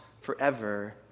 forever